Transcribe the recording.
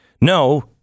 No